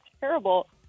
terrible